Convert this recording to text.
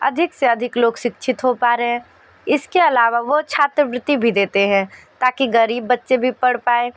अधिक से अधिक लोग शिक्षित हो पा रहे हैं इसके अलावा वो छात्रवृत्ति भी देते हैं ताकि गरीब बच्चे भी पढ़ पाएं